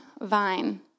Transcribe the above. vine